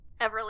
Everly